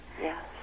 Yes